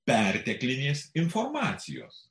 perteklinės informacijos